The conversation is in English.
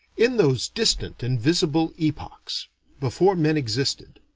in those distant invisible epochs before men existed,